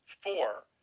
Four